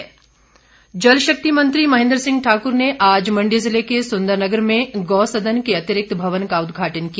महेन्द्र सिंह जलशक्ति मंत्री महेन्द्र सिंह ठाकुर ने आज मण्डी जिले के सुंदरनगर में गौ सदन के अतिरिक्त भवन का उदघाटन किया